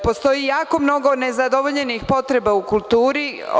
Postoji jako puno nezadovoljenih potreba u kulturi.